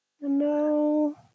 no